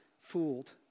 fooled